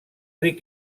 ric